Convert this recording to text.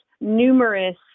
numerous